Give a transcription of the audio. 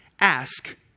ask